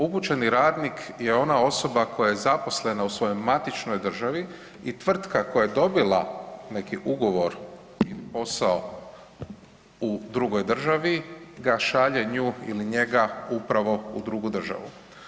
Upućeni radnik je ona osoba koja je zaposlena u svojoj matičnoj državi i tvrtka koja je dobila neki ugovor i posao u drugoj državi ga šalje nju ili njega upravo u drugu državu.